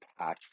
impactful